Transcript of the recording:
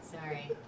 sorry